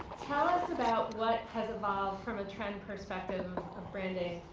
tell us about what has evolved from a trend perspective of branding.